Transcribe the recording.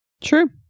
True